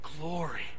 glory